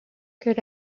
que